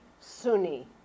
Sunni